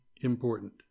important